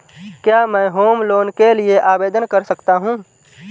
क्या मैं home loan के लिए आवेदन कर सकता हूं?